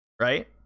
Right